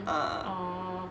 a'ah